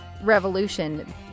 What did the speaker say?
revolution